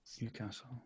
Newcastle